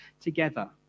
together